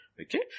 Okay